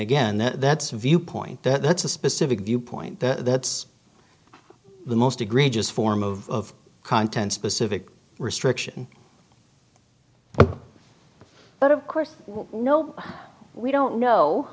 again that's a viewpoint that's a specific viewpoint that that's the most egregious form of content specific restriction but of course no we don't know